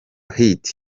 hit